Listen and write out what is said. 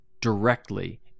directly